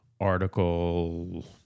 article